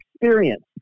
experience